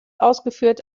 ausgeführt